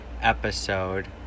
episode